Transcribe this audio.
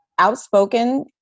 outspoken